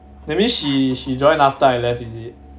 that means she she joined after I left is it